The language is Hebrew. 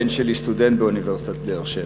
הבן שלי סטודנט באוניברסיטת באר-שבע.